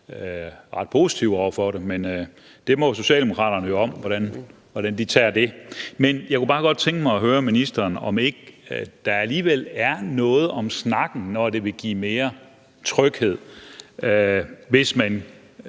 ret positive over for det. Men Socialdemokraterne må jo om, hvordan de tager det. Men jeg kunne bare godt tænke mig at høre ministeren, om ikke der alligevel er noget om snakken, når det vil give mere tryghed, hvis vi